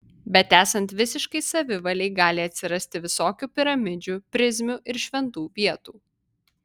bet esant visiškai savivalei gali atsirasti visokių piramidžių prizmių ir šventų vietų